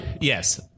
Yes